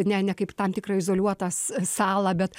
ne ne kaip tam tikrą izoliuotą sa salą bet